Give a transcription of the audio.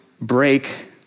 break